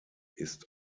ist